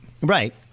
right